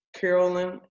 Carolyn